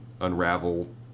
unravel